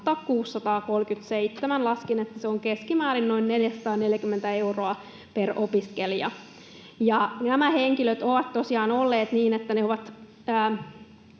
637. Laskin, että se on keskimäärin noin 440 euroa per opiskelija. Nämä henkilöt ovat tosiaan matkustaneet